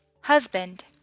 husband